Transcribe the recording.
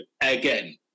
again